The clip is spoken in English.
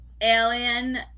alien